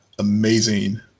Amazing